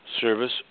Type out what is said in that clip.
service